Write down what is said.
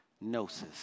gnosis